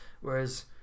Whereas